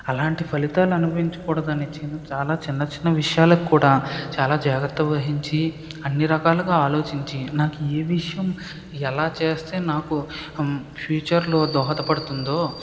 అలాంటి ఫలితాలు అనుభవించకూడదని చిన్న చాలా చిన్న చిన్న విషయాలు కూడా చాలా జాగ్రత్త వహించి అన్ని రకాలుగా ఆలోచించి నాకు ఏ విషయం ఎలా చేస్తే నాకు ఫ్యూచరులో దోహదపడుతుందో